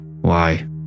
Why